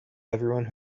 everyone